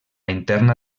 interna